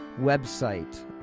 website